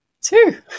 Two